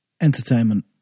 Entertainment